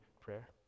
prayer